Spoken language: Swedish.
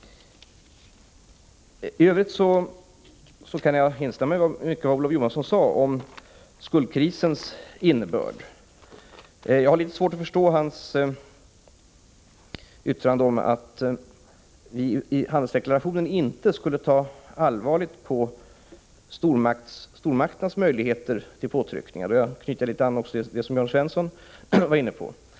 I övrigt kan jag instämma i mycket av vad Olof Johansson sade om skuldkrisens innebörd. Jag har litet svårt att förstå hans yttrande om att vi i handelsdeklarationen inte skulle ta allvarligt på stormakternas möjligheter till påtryckningar. Jag knyter an litet också till det som Jörn Svensson var inne på.